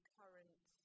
current